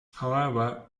however